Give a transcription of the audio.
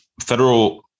federal